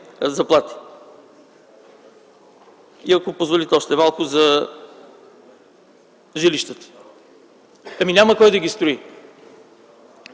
заплати. Ако позволите още малко за жилищата - няма кой да ги строи.